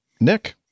Nick